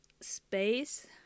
space